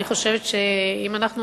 אני חושבת שאם אנחנו